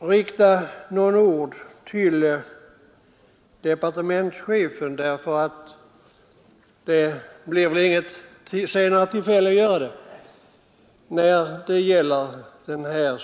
rikta några ord till departementschefen — det blir väl inget senare tillfälle att göra det i den här frågan.